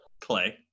clay